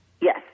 Yes